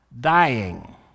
dying